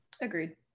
Agreed